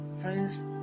friends